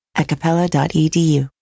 acapella.edu